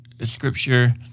scripture